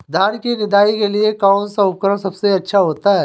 धान की निदाई के लिए कौन सा उपकरण सबसे अच्छा होता है?